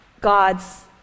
God's